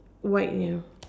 white ya